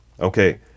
Okay